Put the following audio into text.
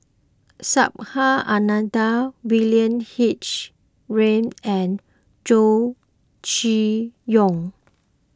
Subhas Anandan William H Read and Chow Chee Yong